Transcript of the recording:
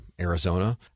Arizona